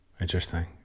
Interesting